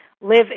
Live